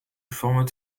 format